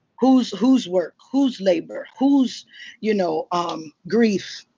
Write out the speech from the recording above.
whose whose work, whose labor, whose you know um grief,